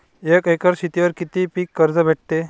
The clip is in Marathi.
एक एकर शेतीवर किती पीक कर्ज भेटते?